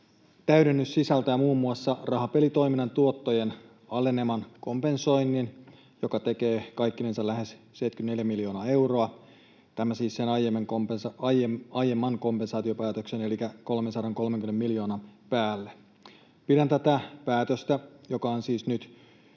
täydennys sisältää muun muassa rahapelitoiminnan tuottojen aleneman kompensoinnin, joka tekee kaikkinensa lähes 74 miljoonaa euroa. Tämä siis sen aiemman kompensaatiopäätöksen elikkä 330 miljoonan päälle. Pidän tätä päätöstä, joka on siis nyt